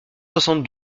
soixante